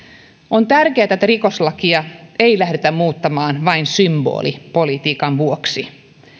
on tärkeätä että rikoslakia ei lähdetä muuttamaan vain symbolipolitiikan vuoksi